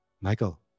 Michael